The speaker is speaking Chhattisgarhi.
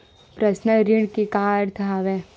पर्सनल ऋण के का अर्थ हवय?